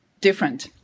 different